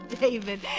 David